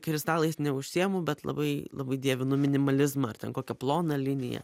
kristalais neužsiimu bet labai labai dievinu minimalizmą ar ten kokią ploną liniją